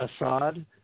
Assad